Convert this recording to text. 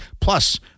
plus